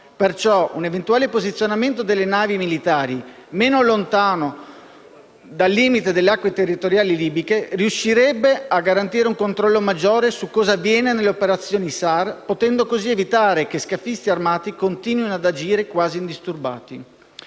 Pertanto, un eventuale posizionamento delle navi militari meno lontano dal limite delle acque territoriali libiche riuscirebbe a garantire un controllo maggiore su cosa avviene nelle operazioni SAR, potendo così evitare che scafisti armati continuino ad agire quasi indisturbati.